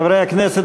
חברי הכנסת,